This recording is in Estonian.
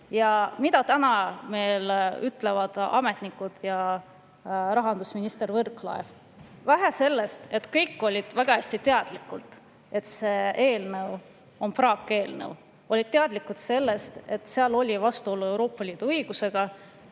Ja mida täna ütlevad ametnikud ja rahandusminister Võrklaev? Vähe sellest, et kõik olid väga hästi teadlikud, et see eelnõu on praakeelnõu, olid teadlikud sellest, et seal oli vastuolu Euroopa Liidu õigusega,